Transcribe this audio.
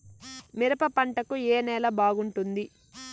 మిరప పంట కు ఏ నేల బాగుంటుంది?